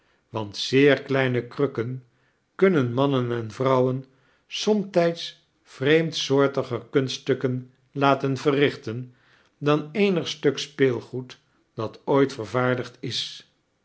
want zeer kleine krukksen kuninen mannen en vrouwen somtijds vreemdsoortiger kunststukken laten verrichten dan eenig stuk speelgoed dat ooit vervaardigd is